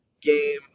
game